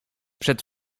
przed